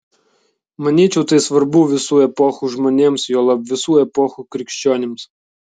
manyčiau tai svarbu visų epochų žmonėms juolab visų epochų krikščionims